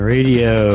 Radio